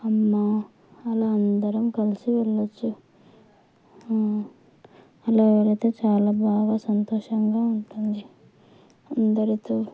అమ్మ అలా అందరం కలిసి వెళ్ళవచ్చు అలా వెళితే చాలా బాగా సంతోషంగా ఉంటుంది అందరితో